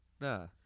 nah